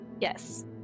Yes